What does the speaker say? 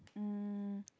um